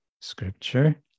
scripture